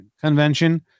convention